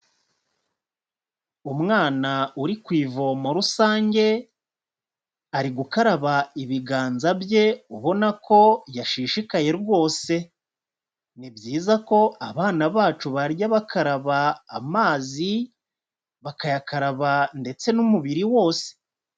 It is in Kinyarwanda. Umwana uri ku ivomo rusange, ari gukaraba ibiganza bye, ubona ko yashishikaye rwose! Ni byiza ko abana bacu barya bakaraba amazi, bakayakaraba ndetse n'umubiri wose.